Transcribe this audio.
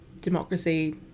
democracy